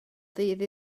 ddydd